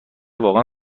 واقعا